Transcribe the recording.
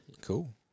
Cool